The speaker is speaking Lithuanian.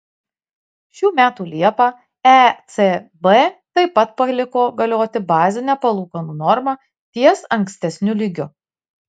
šių metų liepą ecb taip pat paliko galioti bazinę palūkanų normą ties ankstesniu lygiu